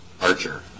Archer